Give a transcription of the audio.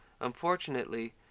Unfortunately